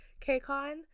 KCON